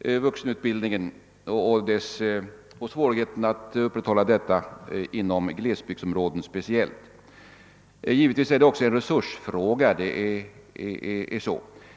inom vuxenutbildningen, och speciellt svårigheterna att upprätthålla detta elevantal inom glesbygdsområden. Givetvis är detta också en resursfråga.